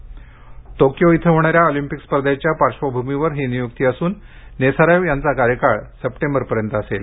िकियो इथं होणाऱ्या ऑलिम्पिक स्पर्धेच्या पार्श्वभूमीवर ही नियुक्ती असून नेसारेव्ह यांचा कार्यकाल सप्धे बिरपर्यंत असेल